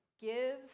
gives